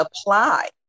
apply